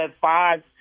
five